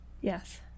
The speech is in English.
Yes